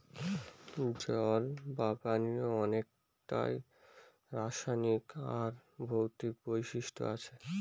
জল বা পানির অনেককটা রাসায়নিক আর ভৌতিক বৈশিষ্ট্য আছে